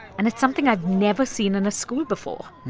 and it's something i've never seen in a school before